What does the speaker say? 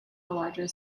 larger